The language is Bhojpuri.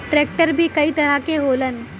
ट्रेक्टर भी कई तरह के होलन